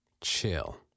chill